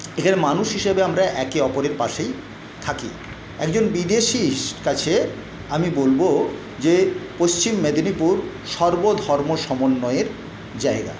এখানে মানুষ হিসাবে আমরা একে অপরের পাশে থাকি একজন বিদেশির কাছে আমি বলবো যে পশ্চিম মেদিনীপুর সর্ব ধর্ম সমন্বয়ের জায়গা